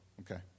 Okay